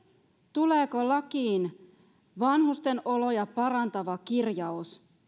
tuleeko lakiin vanhusten oloja parantava kirjaus